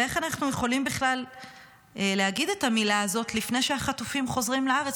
ואיך אנחנו יכולים בכלל להגיד את המילה הזאת לפני שהחטופים חוזרים לארץ?